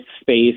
space